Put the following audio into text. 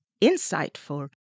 insightful